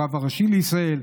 הרב הראשי לישראל.